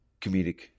comedic